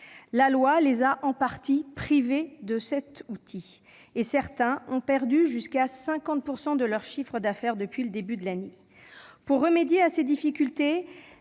La loi les a en partie privées de cet outil. Certaines ont ainsi perdu jusqu'à 50 % de leur chiffre d'affaires depuis le début de l'année dernière. Pour remédier à ces difficultés,